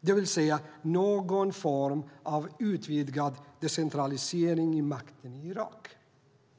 det vill säga någon form av utvidgad decentralisering av makten i Irak.